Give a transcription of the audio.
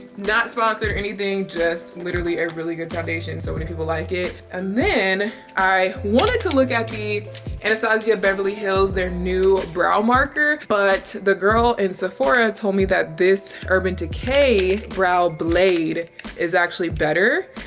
not sponsored or anything. just literally a really good foundation. so many people like it. and then i wanted to look at the anasazi beverly hills, their new brow marker. but the girl in sephora told me that this urban decay brow blade is actually better.